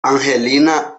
angelina